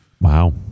wow